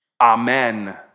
Amen